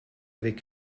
avec